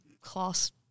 class